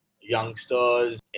youngsters